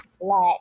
black